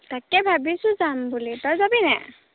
তাকে ভাবিছোঁ যাম বুলি তই যাবি নাই